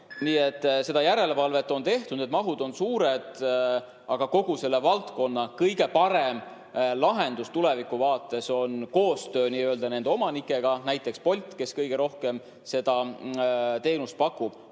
seda järelevalvet on tehtud, need mahud on suured, aga kogu selle valdkonna kõige parem lahendus tulevikuvaates on koostöö nende [kergliikurite] omanikega, näiteks Boltiga, kes kõige rohkem seda teenust pakub,